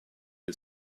you